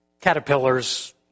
Caterpillars